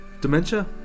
Dementia